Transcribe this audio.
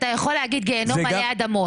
אתה יכול להגיד גיהינום עלי אדמות.